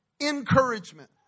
encouragement